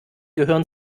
gehören